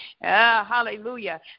Hallelujah